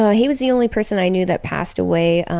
ah he was the only person i knew that passed away.